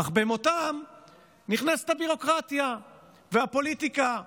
אך במותם נכנסות הביורוקרטיה והפוליטיקה,